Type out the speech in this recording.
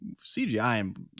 CGI